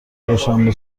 چهارشنبه